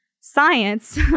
science